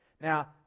Now